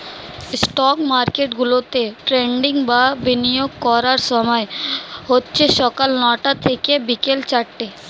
stock মার্কেটগুলোতে trading বা বিনিয়োগ করার সময় হচ্ছে সকাল নয়টা থেকে বিকেল চারটে